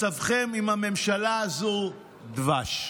מצבכם עם הממשלה הזו דבש.